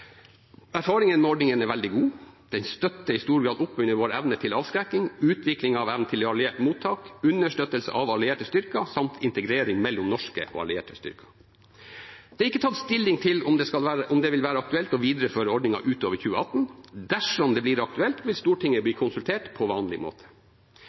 med ordningen er veldig god. Den støtter i stor grad opp under vår evne til avskrekking, utvikling av evnen til å motta og understøtte allierte styrker samt integrering mellom norske og allierte styrker. Det er ikke tatt stilling til om det vil være aktuelt å videreføre ordningen utover 2018. Dersom det blir aktuelt, vil Stortinget bli konsultert på vanlig måte.